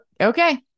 Okay